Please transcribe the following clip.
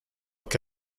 que